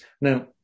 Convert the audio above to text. Now